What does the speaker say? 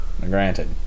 Granted